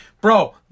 Bro